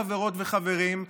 חברות וחברים,